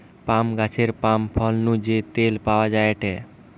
পাম গাছের পাম ফল নু যে তেল পাওয়া যায়টে